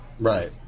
Right